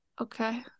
okay